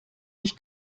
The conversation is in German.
ich